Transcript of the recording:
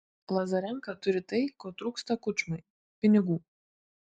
lazarenka turi tai ko trūksta kučmai pinigų